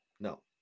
No